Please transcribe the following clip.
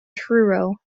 truro